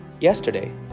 Yesterday